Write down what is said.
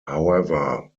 however